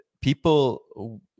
People